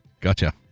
Gotcha